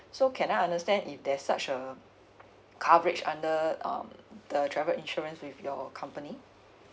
so can I understand if there's such coverage under um the travel insurance with your company